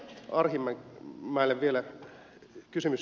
arhinmäelle vielä kysymys